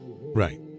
Right